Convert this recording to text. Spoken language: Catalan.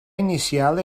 inicial